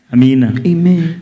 Amen